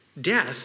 Death